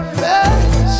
face